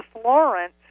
Florence